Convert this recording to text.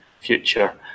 future